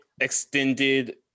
extended